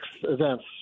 events